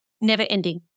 never-ending